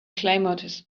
clamored